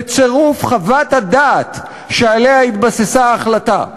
בצירוף חוות הדעת שעליה התבססה ההחלטה,